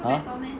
!huh!